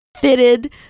fitted